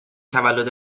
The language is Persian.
تولد